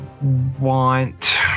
want